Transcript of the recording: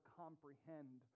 comprehend